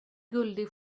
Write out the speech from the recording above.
guldig